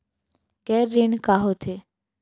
गैर ऋण का होथे?